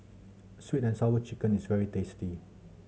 Sweet And Sour Chicken is very tasty